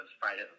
Friday